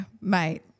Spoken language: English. mate